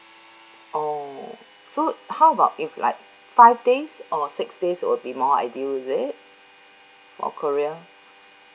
oh so how about if like five days or six days would be more ideal is it for korea